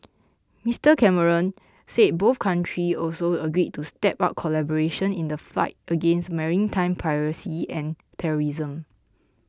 Mister Cameron said both country also agreed to step up collaboration in the fight against maritime piracy and terrorism